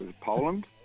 Poland